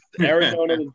Arizona